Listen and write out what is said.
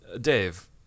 Dave